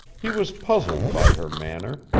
he was puzzled by her manner,